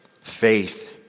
faith